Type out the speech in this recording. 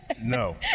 No